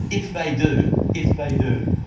if they do. if they do.